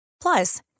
Plus